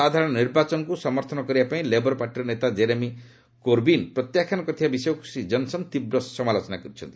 ସାଧାରଣ ନିର୍ବାଚନକୁ ସମର୍ଥନ କରିବା ପାଇଁ ଲେବର ପାର୍ଟିର ନେତା ଜେରେମି କୋରବିନ୍ ପ୍ରତ୍ୟାଖ୍ୟାନ କରିଥିବା ବିଷୟକୁ ଶ୍ରୀ ଜନ୍ସନ୍ ତୀବ୍ର ସମାଲୋଚନା କରିଛନ୍ତି